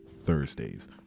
Thursdays